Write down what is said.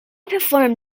performed